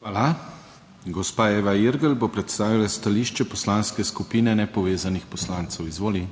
Hvala. Gospa Eva Irgl bo predstavila stališče Poslanske skupine Nepovezanih poslancev. Izvoli.